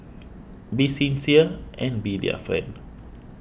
be sincere and be their friend